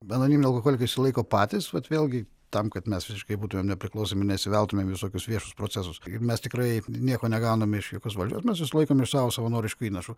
anoniminiai alkoholikai išsilaiko patys vat vėlgi tam kad mes visiškai būtumėme nepriklausomi nesiveltumėme į visokius viešus procesus ir mes tikrai nieko negauname iš jokios valdžios mes išsilaikome iš savo savanoriškų įnašų